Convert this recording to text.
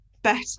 Better